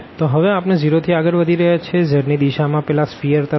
તો હવે આપણે 0 થી આગળ વધી રહ્યા છે z ની દિશા માં પેલા સ્ફીઅર તરફ